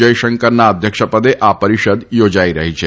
જયશંકરના અધ્યક્ષપદે આ પરિષદ થોજાઈ રહી છે